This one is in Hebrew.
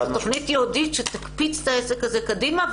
תכנית ייעודית שתקפיץ את העסק הזה קדימה,